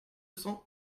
cents